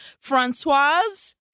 Francoise